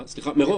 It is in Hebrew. מראש.